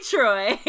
Troy